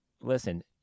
listen